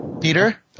Peter